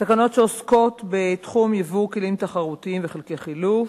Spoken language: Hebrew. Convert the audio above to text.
תקנות שעוסקות בתחום יבוא כלים תחרותיים וחלקי חילוף,